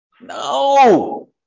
No